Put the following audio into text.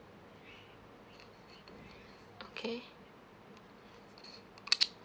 okay